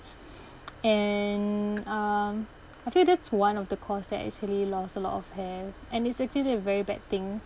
and um I think that's one of the cause that actually lost a lot of hair and it's actually a very bad thing